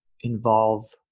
involve